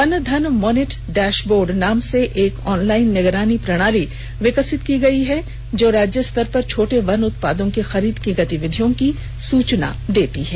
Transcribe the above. one Dhan monit dashboard नाम से एक ऑनलाइन निगरानी प्रणाली विकसित की है जो राज्य स्तर पर छोटे वन उत्पादों की खरीद की गतिविधियों की सूचना देती है